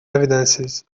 evidences